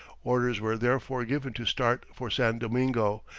orders were therefore given to start for san domingo,